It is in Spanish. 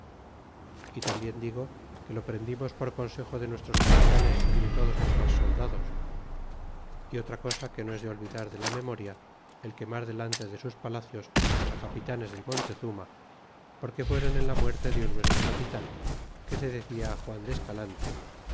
y tambien digo que lo prendimos por consejo de nuestros capitanes y de todos los mas soldados y otra cosa que no es de olvidar de la memoria el quemar delante de sus palacios á capitanes del montezuma porque fueron en la muerte de un nuestro capitan que se decia juan de esca'ante